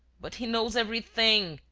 but he knows everything!